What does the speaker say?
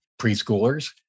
preschoolers